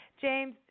James